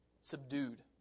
subdued